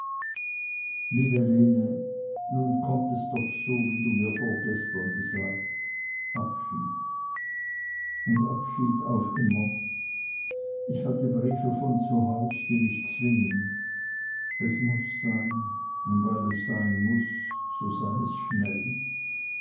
liebe lene nun kommt es doch so wie du mir vorgestern gesagt abschied und abschied auf immer ich hatte briefe von haus die mich zwingen es muß sein und weil es sein muß so sei es schnell